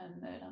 murder